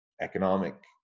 economic